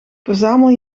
verzamel